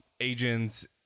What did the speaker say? Agents